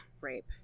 rape